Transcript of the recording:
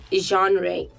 genre